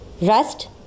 Rust